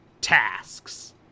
tasks